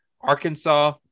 Arkansas